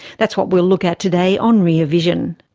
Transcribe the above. that's what we'll look at today on rear vision.